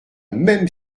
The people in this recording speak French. même